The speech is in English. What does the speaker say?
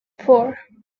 four